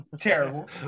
Terrible